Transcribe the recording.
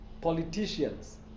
politicians